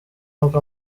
uko